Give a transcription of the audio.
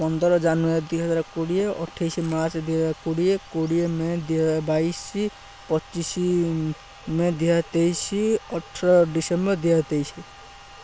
ପନ୍ଦର ଜାନୁଆରୀ ଦୁଇହଜାର କୋଡ଼ିଏ ଅଠେଇଶ ମାର୍ଚ୍ଚ ଦୁଇହଜାର କୋଡ଼ିଏ କୋଡ଼ିଏ ମେ ଦୁଇହଜାର ବାଇଶ ପଚିଶି ମେ ଦୁଇହଜାର ତେଇଶ ଅଠର ଡିସେମ୍ବର ଦୁଇହଜାର ତେଇଶ